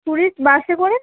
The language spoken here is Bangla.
টুরিস্ট বাসে করে